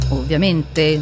ovviamente